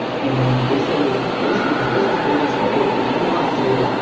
and they said with, basically to the business pages, hey, if if you want to,